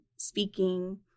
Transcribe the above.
speaking